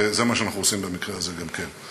וזה מה שאנחנו עושים במקרה הזה גם כן.